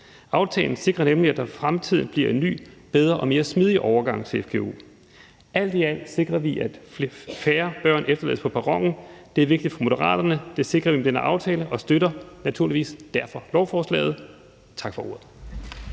Aftalen sikrer nemlig, at der i fremtiden bliver en ny, bedre og mere smidig overgang til fgu. Alt i alt sikrer vi, at færre børn efterlades på perronen. Det er vigtigt for Moderaterne, og det sikrer vi med denne aftale. Vi støtter derfor naturligvis lovforslaget. Tak for ordet.